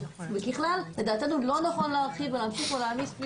וככלל לדעתנו לא נכון להרחיב ולהמשיך ולהעמיס,